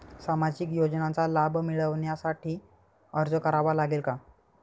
सामाजिक योजनांचा लाभ मिळविण्यासाठी अर्ज करावा लागेल का?